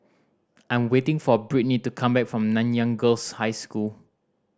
I am waiting for Brittny to come back from Nanyang Girls' High School